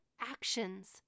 actions